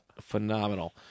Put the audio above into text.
Phenomenal